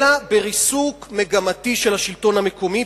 אלא בריסוק מגמתי של השלטון המקומי,